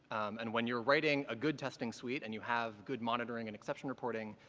and when you're writing a good testing suite and you have good monitoring and exception reporting,